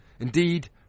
Indeed